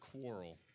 quarrel